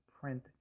print